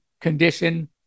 condition